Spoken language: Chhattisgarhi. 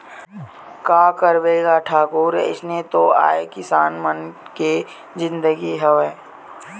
का करबे गा ठाकुर अइसने तो आय किसान मन के जिनगी हवय